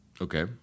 Okay